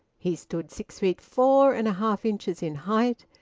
he stood six feet four and a half inches in height,